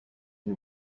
une